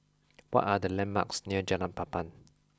what are the landmarks near Jalan Papan